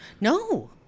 No